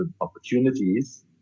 opportunities